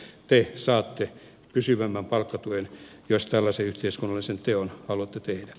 te saatte pysyvämmän palkkatuen jos tällaisen yhteiskunnallisen teon haluatte tehdä